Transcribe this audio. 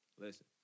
Listen